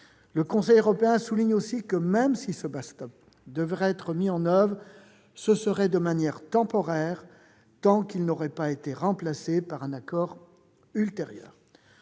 Le Conseil européen souligne aussi que, même si ce devait être mis en oeuvre, ce serait de manière temporaire, tant qu'il n'aurait pas été remplacé par un accord ultérieur.